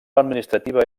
administrativa